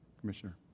Commissioner